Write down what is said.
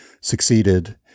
succeeded